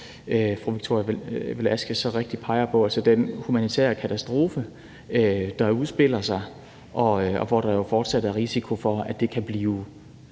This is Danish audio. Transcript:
som fru Victoria Velasquez så rigtigt peger på, altså den humanitære katastrofe, der udspiller sig, og hvor der jo fortsat er risiko for, at det kan blive